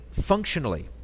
functionally